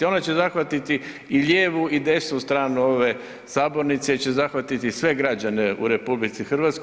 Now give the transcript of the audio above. Ona će zahvatiti i lijevu i desnu stranu ove sabornice, će zahvatiti sve građane u RH.